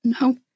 No